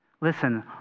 Listen